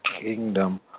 kingdom